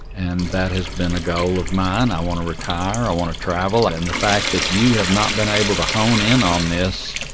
and that has been a goal of mine. i want to retire. i want to travel. and the fact that you have not been able to hone in on this